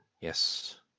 Yes